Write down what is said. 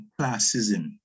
classism